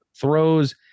throws